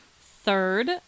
third